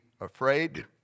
afraid